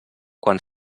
quan